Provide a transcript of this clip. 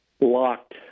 locked